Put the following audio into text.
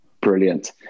Brilliant